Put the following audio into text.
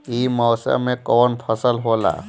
ई मौसम में कवन फसल होला?